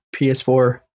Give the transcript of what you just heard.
ps4